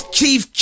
Chief